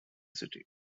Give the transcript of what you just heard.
city